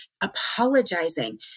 Apologizing